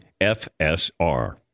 FSR